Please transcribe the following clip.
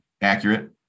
accurate